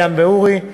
מעיין ואורי.